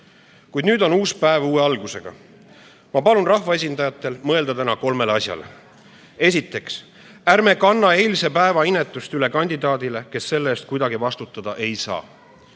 Kuid nüüd on uus päev uue algusega. Ma palun rahvaesindajatel mõelda täna kolmele asjale. Esiteks, ärme kanname eilse päeva inetust üle kandidaadile, kes selle eest kuidagi vastutada ei saa.